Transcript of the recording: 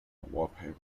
wallpaper